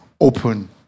Open